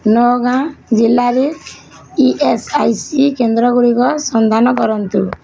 ନୂଆଗାଓଁ ଜିଲ୍ଲାରେ E S I C କେନ୍ଦ୍ର ଗୁଡ଼ିକର ସନ୍ଧାନ କରନ୍ତୁ